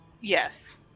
Yes